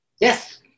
yes